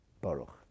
Baruch